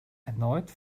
erneut